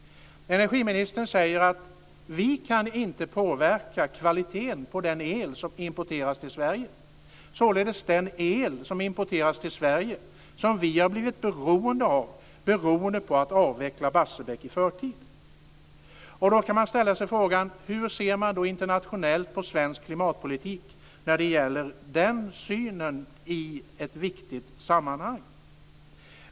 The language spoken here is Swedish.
Energiministern säger att vi inte kan påverka kvaliteten på den el som importeras till Sverige, således den el som importeras till Sverige har vi blivit beroende av beroende på att vi avvecklar Barsebäck i förtid. Då kan man ställa sig frågan: Hur ser man internationellt på svensk klimatpolitik när det gäller den synen i ett viktigt sammanhang?